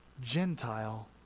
Gentile